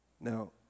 Now